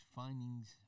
findings